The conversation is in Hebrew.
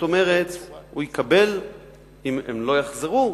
אם לא יחזרו,